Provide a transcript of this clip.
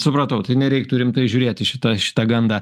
supratau tai nereiktų rimtai žiūrėt į šitą gandą